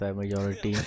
majority